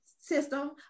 system